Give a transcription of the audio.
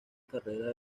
carrera